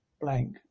blank